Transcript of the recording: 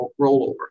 rollover